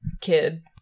kid